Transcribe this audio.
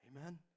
Amen